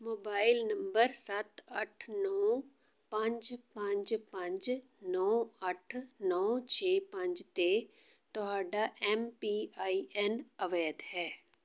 mobile number ਸੱਤ ਅੱਠ ਨੌ ਪੰਜ ਪੰਜ ਪੰਜ ਨੌ ਅੱਠ ਨੌ ਛੇ ਪੰਜ 'ਤੇ ਤੁਹਾਡਾ ਐਮ ਪੀ ਆਈ ਐੱਨ ਅਵੈਧ ਹੈ